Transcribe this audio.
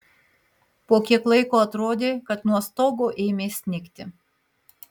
po kiek laiko atrodė kad nuo stogo ėmė snigti